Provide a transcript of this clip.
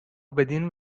بدین